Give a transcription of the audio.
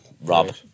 Rob